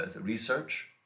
research